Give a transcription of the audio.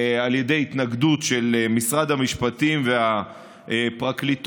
התנגדות של משרד המשפטים והפרקליטות.